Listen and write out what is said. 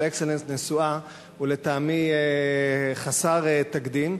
של "אקסלנס נשואה" הוא לטעמי חסר תקדים,